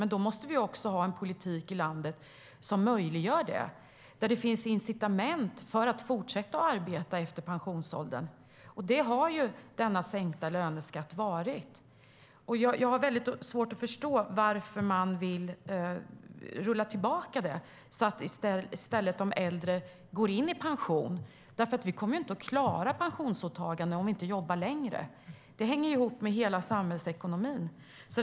Men då måste vi också ha en politik i landet som möjliggör det, där det finns incitament för att fortsätta att arbeta efter pensionsåldern. Det har denna sänkta löneskatt varit. Jag har väldigt svårt att förstå varför man vill rulla tillbaka det, så att de äldre i stället går i pension. Vi kommer ju inte att klara pensionsåtagandena om människor inte jobbar längre. Det hänger ihop med hela samhällsekonomin.